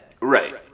Right